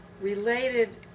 related